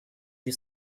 you